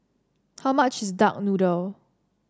how much is Duck Noodle